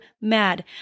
mad